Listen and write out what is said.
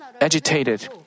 agitated